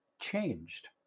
changed